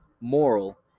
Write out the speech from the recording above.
moral